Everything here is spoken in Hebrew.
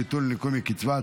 ביטול ניכוי מקצבה),